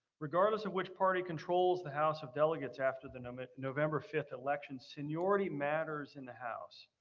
regardless of which party controls the house of delegates after the november fifth election, seniority matters in the house.